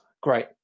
great